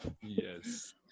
Yes